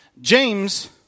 James